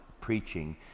preaching